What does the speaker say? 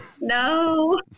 No